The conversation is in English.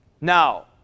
Now